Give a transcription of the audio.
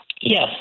Yes